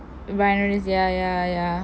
wineries ya ya ya